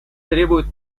требуют